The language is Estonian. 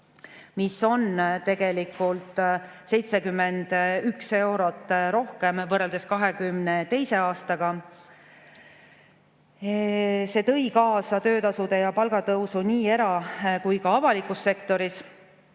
mis on tegelikult 71 eurot rohkem võrreldes 2022. aastaga. See tõi kaasa töötasude ja palga tõusu nii era‑ kui ka avalikus sektoris.